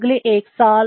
अगले 1 साल